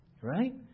Right